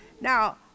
Now